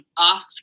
off